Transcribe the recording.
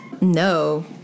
No